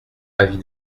avis